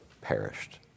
perished